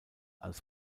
als